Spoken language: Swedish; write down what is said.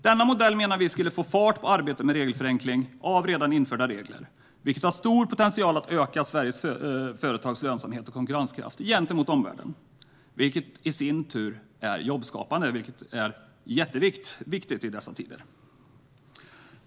Denna modell menar vi sverigedemokrater skulle få fart på arbetet med regelförenkling av redan införda regler, vilket har stor potential att öka Sveriges företags lönsamhet och konkurrenskraft gentemot omvärlden - vilket i sin tur är jobbskapande. Det är mycket viktigt i dessa tider.